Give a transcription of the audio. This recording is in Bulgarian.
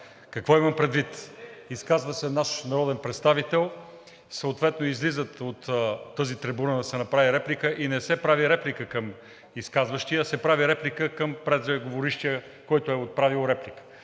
Какво имам предвид? Изказва се наш народен представител, съответно излизат на тази трибуна да се направи реплика и не се прави реплика към изказващия, а се прави реплика към преждеговорившия, който е отправил реплика.